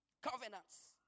Covenants